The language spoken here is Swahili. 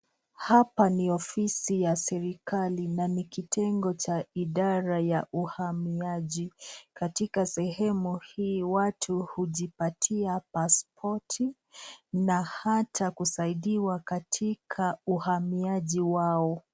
Hapa ni ofisi ya serikali na ni kitengo cha idara ya uhamiaji, katika sehemu hii watu hujipatia pasipoti na hata kusaidiwa katika uhamiaji wao.